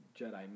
Jedi